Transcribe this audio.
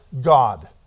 God